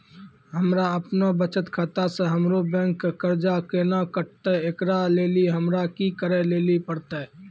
हमरा आपनौ बचत खाता से हमरौ बैंक के कर्जा केना कटतै ऐकरा लेली हमरा कि करै लेली परतै?